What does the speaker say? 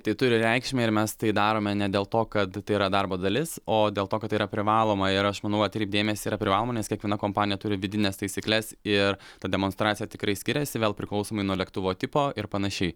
tai turi reikšmę ir mes tai darome ne dėl to kad tai yra darbo dalis o dėl to kad tai yra privaloma ir aš manau atkreipt dėmesį yra privaloma nes kiekviena kompanija turi vidines taisykles ir ta demonstracija tikrai skiriasi vėl priklausomai nuo lėktuvo tipo ir panašiai